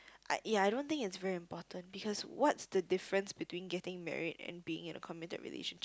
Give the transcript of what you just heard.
I ya I don't think it's very important because what's the difference between getting married and being in a committed relationship